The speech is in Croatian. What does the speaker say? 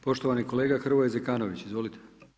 Poštovani kolega Hrvoje Zekanović, izvolite.